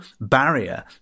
barrier